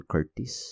Curtis